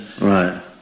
right